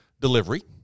delivery